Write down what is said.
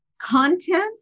content